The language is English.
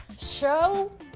show